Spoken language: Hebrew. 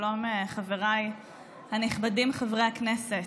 שלום, חבריי הנכבדים, חברי הכנסת.